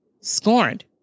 scorned